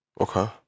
Okay